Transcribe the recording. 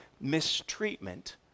mistreatment